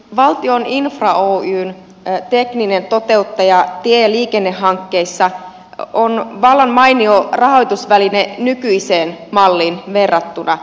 valtion infra oy tekninen toteuttaja tie ja liikennehankkeissa on vallan mainio rahoitusväline nykyiseen malliin verrattuna